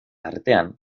artean